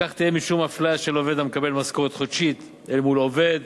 בכך יהיה משום אפליה של עובד המקבל משכורת חודשית אל מול עובד